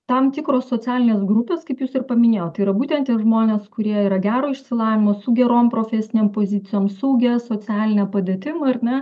tam tikros socialinės grupės kaip jūs ir paminėjot tai yra būtent tie žmonės kurie yra gero išsilavinimo su gerom profesinėm pozicijom saugia socialine padėtim ar ne